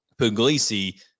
Puglisi